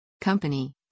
Company